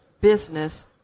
business